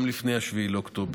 גם לפני 7 באוקטובר.